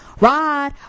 rod